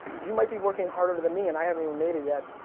you might be working harder than me, and i haven't even made it yet.